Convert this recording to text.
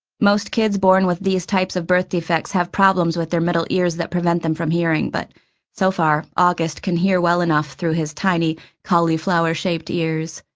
most kids born with these types of birth defects have problems with their middle ears that prevent them from hearing, but so far august can hear well enough through his tiny cauliflower-shaped ears.